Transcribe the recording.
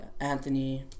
Anthony